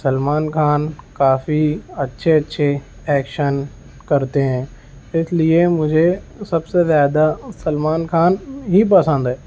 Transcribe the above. سلمان کافی اچھے اچھے ایکشن کرتے ہیں اس لیے مجھے سب سے زیادہ سلمان خان ہی پسند ہے